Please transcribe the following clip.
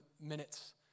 minutes